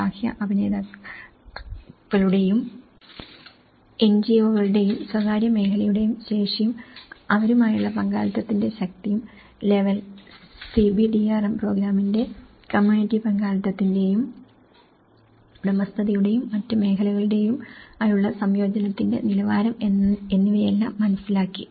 ബാഹ്യ അഭിനേതാക്കളുടെയും എൻജിഒകളുടെയും സ്വകാര്യ മേഖലയുടെയും ശേഷിയും അവരുമായുള്ള പങ്കാളിത്തത്തിന്റെ ശക്തിയും ലെവൽ CBDRM പ്രോഗ്രാമിന്റെ കമ്മ്യൂണിറ്റി പങ്കാളിത്തത്തിന്റെയും ഉടമസ്ഥതയുടെയും മറ്റ് മേഖലകളുമായുള്ള സംയോജനത്തിന്റെ നിലവാരം എന്നിവയെല്ലാം മനസിലാക്കി